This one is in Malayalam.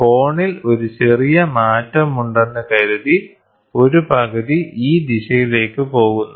കോണിൽ ഒരു ചെറിയ മാറ്റമുണ്ടെന്ന് കരുതി ഒരു പകുതി ഈ ദിശയിലേക്ക് പോകുന്നു